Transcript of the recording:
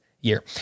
year